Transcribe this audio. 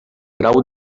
grau